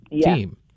team